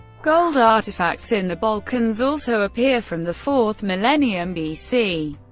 gold artifacts in the balkans also appear from the fourth millennium bc,